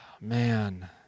Man